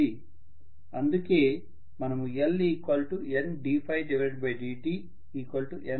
అందుకే మనము LNddiNi గా రాస్తాము